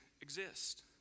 exist